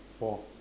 four